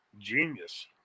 genius